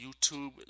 YouTube